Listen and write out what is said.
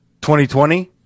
2020